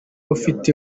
ufite